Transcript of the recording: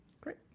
Great